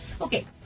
Okay